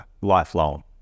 lifelong